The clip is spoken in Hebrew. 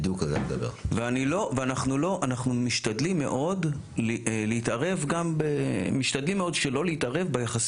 אנחנו משתדלים מאוד שלא להתערב ביחסים